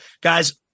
Guys